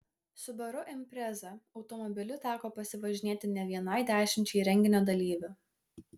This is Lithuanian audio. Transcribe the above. subaru impreza automobiliu teko pasivažinėti ne vienai dešimčiai renginio dalyvių